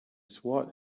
swat